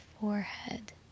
forehead